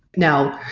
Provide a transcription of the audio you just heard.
now,